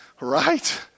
right